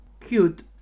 cute